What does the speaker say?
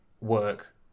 work